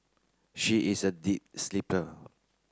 she is a deep sleeper